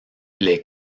les